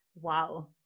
wow